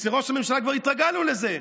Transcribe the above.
אצל ראש הממשלה כבר התרגלנו לזה,